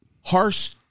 harsh